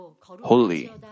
holy